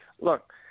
Look